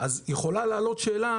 יכולה לעלות שאלה